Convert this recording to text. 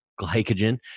glycogen